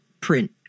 print